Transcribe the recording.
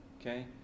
okay